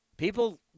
People